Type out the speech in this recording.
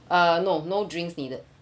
uh no no drinks needed